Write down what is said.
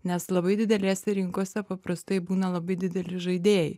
nes labai didelėse rinkose paprastai būna labai dideli žaidėjai